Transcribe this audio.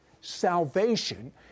salvation